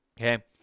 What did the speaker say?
okay